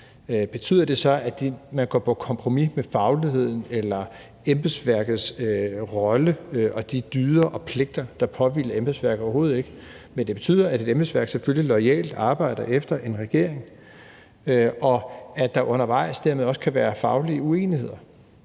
Betyder det så, at man går på kompromis med fagligheden eller embedsværkets rolle og de dyder og pligter, der påhviler embedsværket? Overhovedet ikke. Men det betyder, at et embedsværk selvfølgelig loyalt arbejder efter en regering, og at der undervejs dermed også kan være faglige uenigheder.